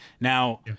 now